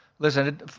Listen